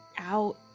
out